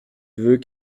veux